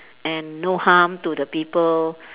and no harm to the people